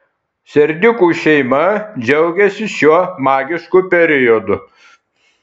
serdiukų šeima džiaugiasi šiuo magišku periodu